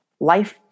life